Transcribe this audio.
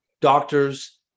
doctors